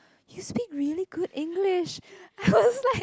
you speak really good English I was like